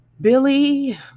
billy